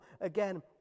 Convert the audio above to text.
again